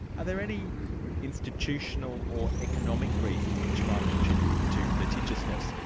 are there any institutional or economic reasons which might contribute to litigiousness?